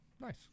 Nice